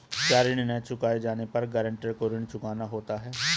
क्या ऋण न चुकाए जाने पर गरेंटर को ऋण चुकाना होता है?